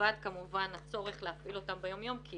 מלבד כמובן הצורך להפעיל אותם ביום יום כי